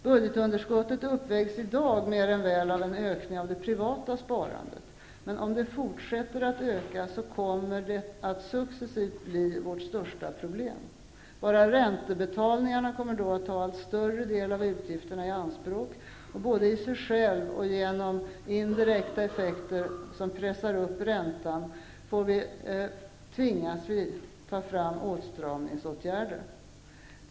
Budgetunderskottet uppvägs i dag mer än väl av en ökning av det privata sparandet, men om det fortsätter att öka kommer det successivt att bli vårt största problem. Bara räntebetalningarna kommer då att ta allt större del av utgifterna i anspråk. Både i sig själv och genom indirekta effekter som pressar upp räntan tvingar det oss att ta fram åtstramningsåtgärder.